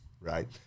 right